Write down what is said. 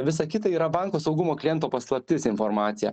visa kita yra banko saugumo kliento paslaptis informacija